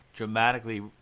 dramatically